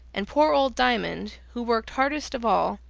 and poor old diamond, who worked hardest of all,